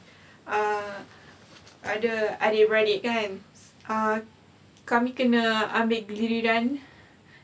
err ada adik-beradik kan uh kami kena ambil giliran